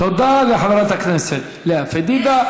תודה לחברת הכנסת לאה פדידה.